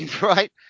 Right